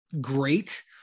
great